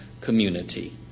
community